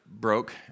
broke